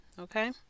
okay